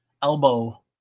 elbow